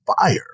fire